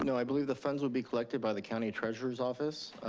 you know i believe the funds would be collected by the county treasurer's office.